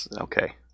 okay